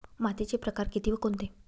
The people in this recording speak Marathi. मातीचे प्रकार किती व कोणते?